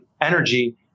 energy